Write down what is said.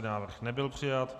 Návrh nebyl přijat.